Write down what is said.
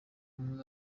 umwe